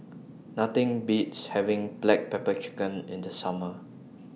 Nothing Beats having Black Pepper Chicken in The Summer